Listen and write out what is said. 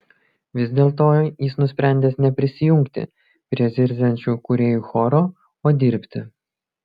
vis dėlto jis nusprendęs neprisijungti prie zirziančių kūrėjų choro o dirbti